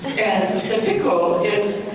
and the pickle is